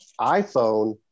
iPhone